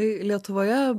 tai lietuvoje